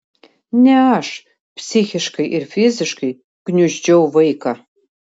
ne aš psichiškai ir fiziškai gniuždžiau vaiką